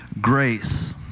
grace